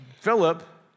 Philip